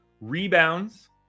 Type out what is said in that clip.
Rebounds